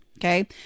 Okay